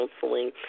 counseling